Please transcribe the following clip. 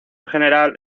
general